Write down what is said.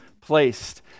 placed